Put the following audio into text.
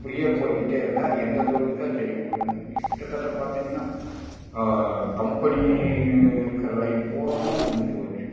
இப்படியே போய்க்கிட்டே இருந்தால் எந்த தொழில் தான் செய்ய முடியும் கிட்டத்தட்ட பார்த்தீங்கன்னா கம்பெனி இருக்கிற லைன் பூராவுமே முடிஞ்சு போச்சு